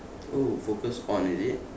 oh focus on is it